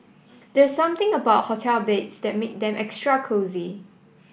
there's something about hotel beds that make them extra cosy